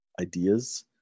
ideas